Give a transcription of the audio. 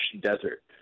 desert